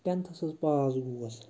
ٹٮ۪نتھَس حظ پاس گوس